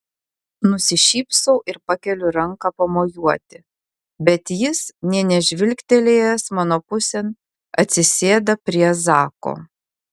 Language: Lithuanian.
nusišypsau ir pakeliu ranką pamojuoti bet jis nė nežvilgtelėjęs mano pusėn atsisėda prie zako